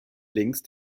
längst